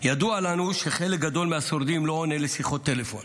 ידוע לנו שחלק גדול מהשורדים לא עונה לשיחות טלפון